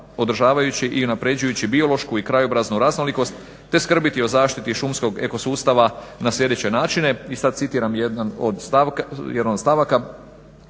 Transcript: održavajući i napređujući biološku i krajobraznu raznolikost te skrbiti o zaštiti šumskog ekosustava na sljedeće načine i sad citiram jednu od stavaka